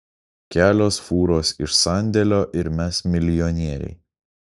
kelios fūros iš sandėlio ir mes milijonieriai